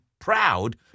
proud